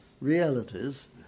realities